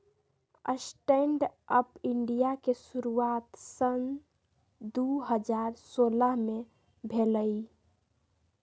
stand up India के शुरुआत सन दू हज़ार सोलह में भेलइ